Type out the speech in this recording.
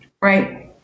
Right